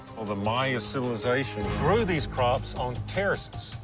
the maya civilization grew these crops on terraces.